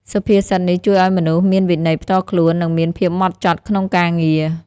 សុភាសិតនេះជួយឱ្យមនុស្សមានវិន័យផ្ទាល់ខ្លួន និងមានភាពហ្មត់ចត់ក្នុងការងារ។